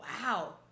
wow